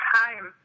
time